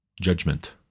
judgment